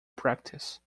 practice